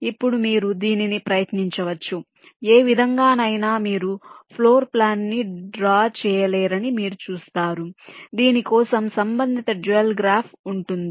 ఇప్పుడు మీరు దీనిని ప్రయత్నించవచ్చు ఏ విధంగానైనా మీరు ఫ్లోర్ ప్లాన్ను డ్రా చేయలేరని మీరు చూస్తారు దీని కోసం సంబంధిత డ్యూయల్ గ్రాఫ్ ఉంటుంది